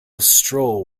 stroll